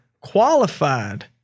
qualified